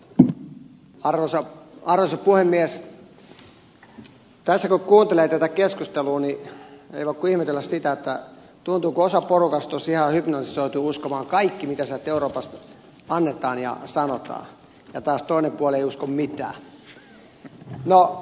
tässä kun kuuntelee tätä keskustelua niin ei voi kuin ihmetellä sitä että tuntuu kuin osa porukasta olisi ihan hypnotisoitu uskomaan kaikki mitä sieltä euroopasta annetaan ja sanotaan ja taas toinen puoli ei usko mitään